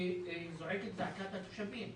שזועק את זעקת התושבים.